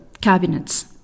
cabinets